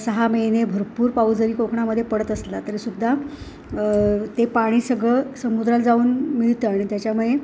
सहा महिने भरपूर पाऊस जरी कोकणामध्ये पडत असला तरीसुद्धा ते पाणी सगळं समुद्र जाऊन मिळतं आणि त्याच्यामुळे